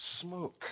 smoke